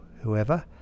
whoever